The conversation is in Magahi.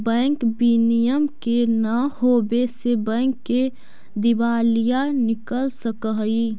बैंक विनियम के न होवे से बैंक के दिवालिया निकल सकऽ हइ